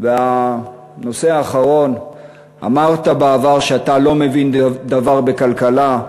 10. והנושא האחרון: אמרת בעבר שאתה לא מבין דבר בכלכלה,